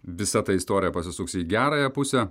visa ta istorija pasisuks į gerąją pusę